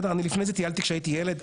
לפני זה טיילתי כשהייתי ילד,